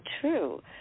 true